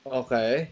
okay